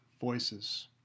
voices